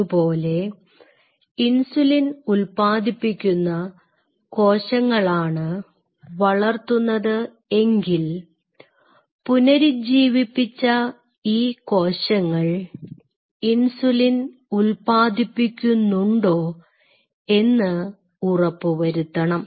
അതുപോലെ ഇൻസുലിൻ ഉല്പാദിപ്പിക്കുന്ന കോശങ്ങളാണ് വളർത്തുന്നത് എങ്കിൽ പുനരുജ്ജീവിപ്പിച്ച ഈ കോശങ്ങൾ ഇൻസുലിൻ ഉൽപാദിപ്പിക്കുന്നുണ്ടോ എന്ന് ഉറപ്പു വരുത്തണം